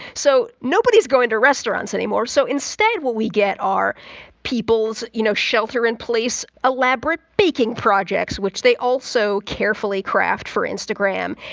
so nobody's going to restaurants anymore so instead, what we get are people's, you know, shelter-in-place elaborate baking projects, which they also carefully craft for instagram.